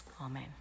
amen